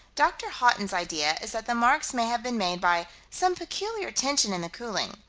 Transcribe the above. dr. haughton's idea is that the marks may have been made by some peculiar tension in the cooling.